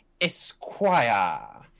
Esquire